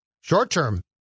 short-term